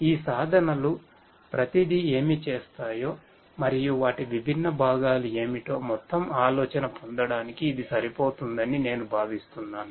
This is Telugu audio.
ఈ సాధనాలు ప్రతిధి ఏమి చేస్తాయో మరియు వాటి విభిన్న భాగాలు ఏమిటో మొత్తం ఆలోచన పొందడానికి ఇది సరిపోతుందని నేను భావిస్తున్నాను